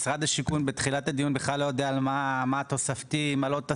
למדינת ישראל לא היה שוק פרטי חזק,